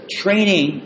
training